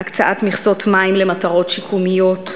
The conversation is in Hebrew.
הקצאת מכסות מים למטרות שיקומיות,